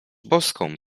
boską